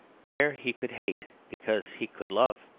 there he could hate, because he could love.